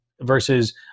versus